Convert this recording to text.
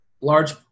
large